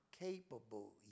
capable